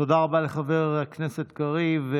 תודה רבה לחבר הכנסת קריב.